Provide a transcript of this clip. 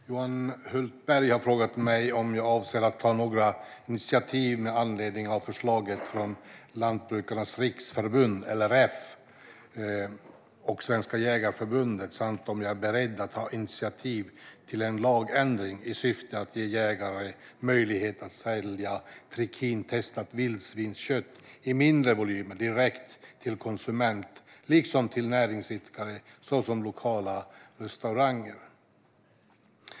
Johan Hultberg har frågat mig om jag avser att ta några initiativ med anledning av förslaget från Lantbrukarnas Riksförbund, LRF, och Svenska Jägareförbundet samt om jag är beredd att ta initiativ till en lagändring i syfte att ge jägare möjlighet att sälja trikintestat vildsvinskött i mindre volymer direkt till konsument liksom till näringsidkare, såsom lokala restauranger.